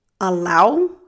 allow